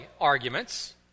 arguments